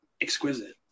exquisite